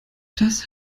das